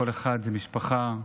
התשפ"ג 2023,